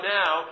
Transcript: now